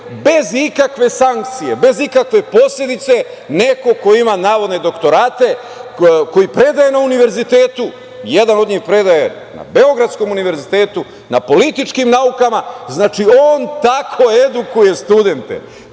bez ikakve sankcije, bez ikakve posledice, neko ko ima navodne doktorate, koji predaje na univerzitetu, jedan od njih predaje na beogradskom univerzitetu, na političkim naukama, znači, on tako edukuje studente.